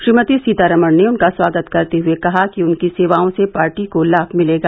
श्रीमती सीतारामन ने उनका स्वागत करते हुए कहा कि उनकी सेवाओं से पार्टी को लाभ मिलेगा